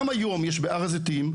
גם היום בהר הזיתים,